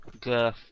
girth